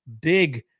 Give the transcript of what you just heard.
big